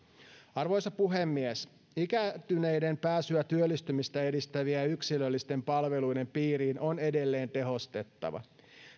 arvoisa puhemies ikääntyneiden pääsyä työllistymistä edistävien ja yksilöllisten palveluiden piiriin on edelleen tehostettava